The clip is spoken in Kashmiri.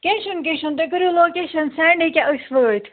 کیٚنٛہہ چھُنہٕ کیٚنٛہہ چھُنہٕ تُہۍ کٔرِو لوکیشَن سٮ۪نٛڈ یہِ کیٛاہ أسۍ وٲتۍ